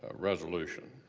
ah resolution.